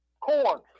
corn